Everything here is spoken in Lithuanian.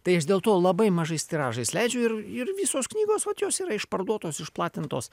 tai aš dėl to labai mažais tiražais leidžiu ir ir visos knygos vat jos yra išparduotos išplatintos